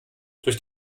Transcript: durch